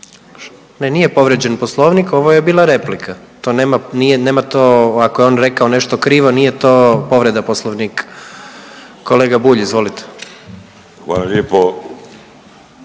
Ne, nije povrijeđen poslovnik, ovo je bila replika, to nema, nije, nema to, ako je on rekao nešto krivo nije to povreda poslovnika. Kolega Bulj, izvolite. **Bulj,